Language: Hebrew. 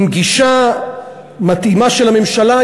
עם גישה מתאימה של הממשלה,